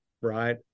right